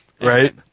right